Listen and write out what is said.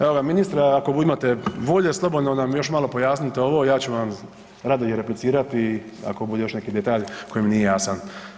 Evo ministre ako imate volje slobodno nam još malo pojasnite ja ću vam rado i replicirati ako bude još neki detalj koji mi nije jasan.